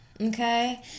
okay